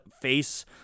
face